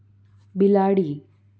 બિલાડી